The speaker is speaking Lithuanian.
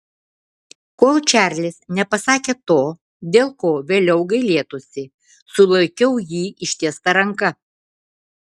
kol čarlis nepasakė to dėl ko vėliau gailėtųsi sulaikiau jį ištiesta ranka